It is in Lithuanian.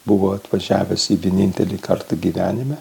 buvo atvažiavęs į vienintelį kartą gyvenime